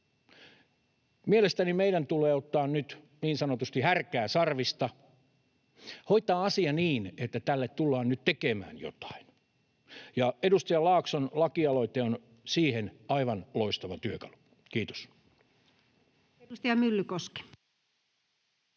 Mielestäni meidän tulee ottaa nyt niin sanotusti härkää sarvista, hoitaa asia niin, että tälle tullaan nyt tekemään jotain. Ja edustaja Laakson lakialoite on siihen aivan loistava työkalu. — Kiitos.